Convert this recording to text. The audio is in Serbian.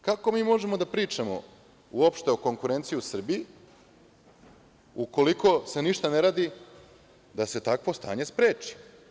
Kako mi možemo da pričamo uopšte o konkurenciji u Srbiji, ukoliko se ništa ne radi da se takvo stanje spreči?